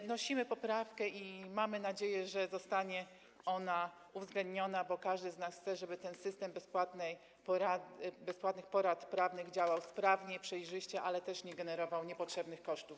Wnosimy poprawkę i mamy nadzieję, że zostanie ona uwzględniona, bo każdy z nas chce, żeby ten system bezpłatnych porad prawnych działał sprawnie i przejrzyście, ale też nie generował niepotrzebnych kosztów.